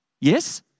Yes